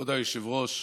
כבוד היושב-ראש,